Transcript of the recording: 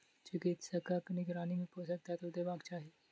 चिकित्सकक निगरानी मे पोषक तत्व देबाक चाही